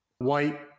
White